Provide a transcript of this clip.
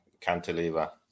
cantilever